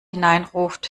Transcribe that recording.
hineinruft